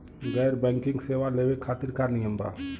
गैर बैंकिंग सेवा लेवे खातिर का नियम बा?